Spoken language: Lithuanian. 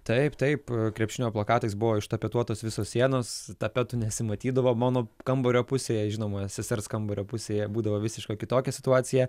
taip taip krepšinio plakatais buvo ištapetuotos visos sienos tapetų nesimatydavo mano kambario pusėje žinoma sesers kambario pusėje būdavo visiška kitokia situacija